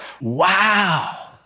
Wow